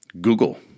Google